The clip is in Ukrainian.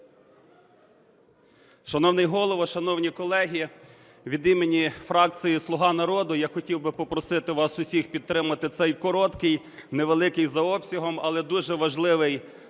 Шановний Голово, шановні колеги, від імені фракції "Слуга народу" я хотів би попросити вас усіх підтримати цей короткий, невеликий за обсягом, але дуже важливий